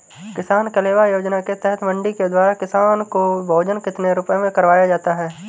किसान कलेवा योजना के तहत मंडी के द्वारा किसान को भोजन कितने रुपए में करवाया जाता है?